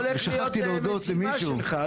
זאת הולכת להיות המשימה שלך.